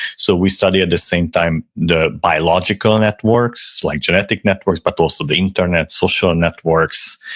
so we study at the same time the biological networks, like genetic networks, but also the internet, social networks,